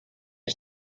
ich